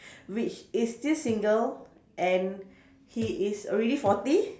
which is still single and he is already forty